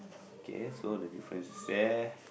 okay so the difference is there